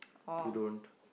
you don't